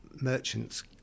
merchants